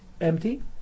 empty